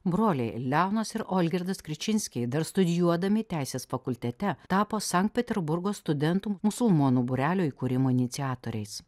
broliai leonas ir olgirdas kričinskiai dar studijuodami teisės fakultete tapo sankt peterburgo studentų musulmonų būrelio įkūrimo iniciatoriais